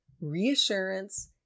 reassurance